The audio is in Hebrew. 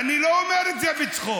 אני לא אומר את זה בצחוק.